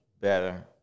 better